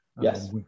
Yes